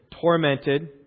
tormented